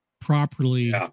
properly